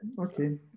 okay